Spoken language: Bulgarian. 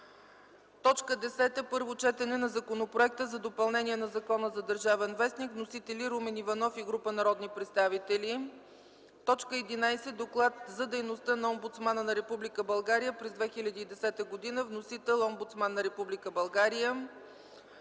ч. 10. Първо четене на Законопроекта за допълнение на Закона за „Държавен вестник”. (Вносители: Румен Иванов и група народни представители.) 11. Доклад за дейността на омбудсмана на Република България през 2010 г. (Вносител: омбудсман на Република България.)